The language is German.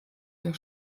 der